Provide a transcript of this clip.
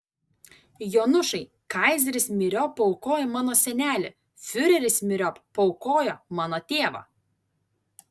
jonušai kaizeris myriop paaukojo mano senelį fiureris myriop paaukojo mano tėvą